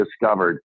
discovered